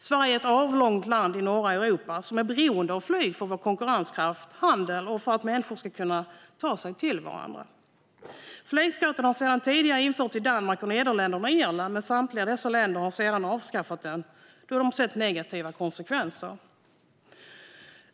Sverige är ett avlångt land i norra Europa som är beroende av flyg för vår konkurrenskraft och handel och för att människor ska kunna ta sig till varandra. Flygskatt har sedan tidigare införts i Danmark, Nederländerna och Irland, men samtliga dessa länder har sedan avskaffat den då man har sett negativa konsekvenser.